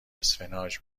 اسفناج